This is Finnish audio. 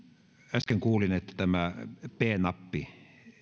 äsken kuulin että p nappi